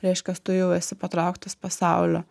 reiškias tu jau esi patrauktas pasaulio